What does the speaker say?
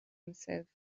himself